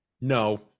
No